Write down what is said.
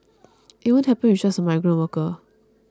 it won't happen with just a migrant worker